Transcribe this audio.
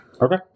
Okay